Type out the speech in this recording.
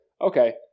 Okay